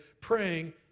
praying